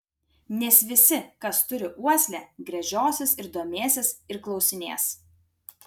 nes visi kas turi uoslę gręžiosis ir domėsis ir klausinės